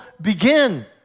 begin